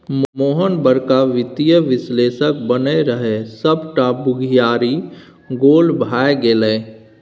मोहन बड़का वित्तीय विश्लेषक बनय रहय सभटा बुघियारी गोल भए गेलै